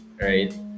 right